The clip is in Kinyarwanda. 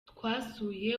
twasuye